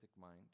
mind